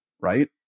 right